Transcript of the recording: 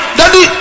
daddy